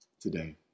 Today